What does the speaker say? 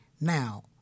Now